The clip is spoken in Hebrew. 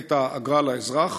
את האגרה לאזרח?